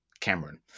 Cameron